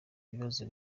bibazo